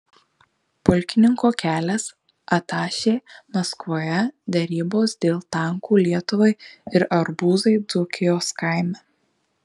pulkininko kelias atašė maskvoje derybos dėl tankų lietuvai ir arbūzai dzūkijos kaime